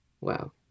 Wow